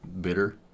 bitter